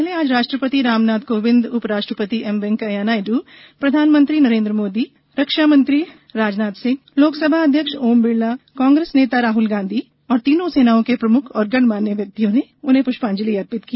इससे पहले आज राष्ट्रपति रामनाथ कोविंद उपराष्ट्रपति एम वेंकैया नायडू प्रधानमंत्री नेरेन्द्र मोदी रक्षामंत्री राजनाथ सिंह लोकसभा अध्यक्ष ओम बिड़ला कांग्रेस नेता राहुल गांधी तथा तीनों सेनाओं के प्रमुख और कई गणमान्य व्यक्तियों ने उन्हें पुष्पांजलि अर्पित की